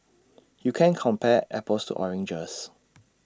you can't compare apples to oranges